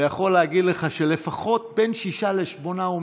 ויכול להגיד לך שלפחות בין שישה לשמונה,